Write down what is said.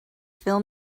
fill